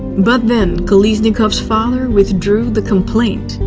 but then kolesnikov's father withdrew the complaint.